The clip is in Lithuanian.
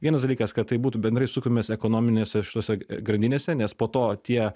vienas dalykas kad tai būtų bendrai sukamės ekonominėse šitose grandinėse nes po to tie